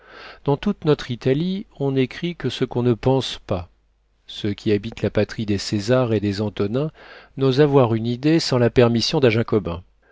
dans toute notre italie on n'écrit que ce qu'on ne pense pas ceux qui habitent la patrie des césars et des antonins n'osent avoir une idée sans la permission d'un jacobin